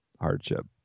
hardship